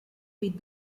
with